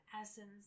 essence